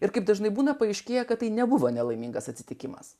ir kaip dažnai būna paaiškėja kad tai nebuvo nelaimingas atsitikimas